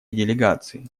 делегации